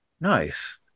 Nice